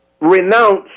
renounce